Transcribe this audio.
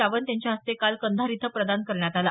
सावंत यांच्या हस्ते काल कंधार इथं प्रदान करण्यात आला